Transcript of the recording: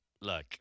Look